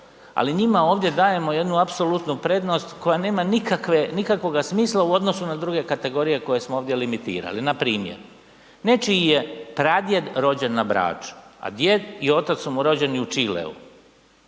Ali njima ovdje dajemo jednu apsolutnu prednost koja nema nikakvoga smisla u odnosu na druge kategorije koje smo ovdje limitirali. Npr. nečiji je pradjed rođen na Braču, a djed i otac su mu rođeni u Čileu